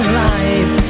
life